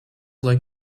like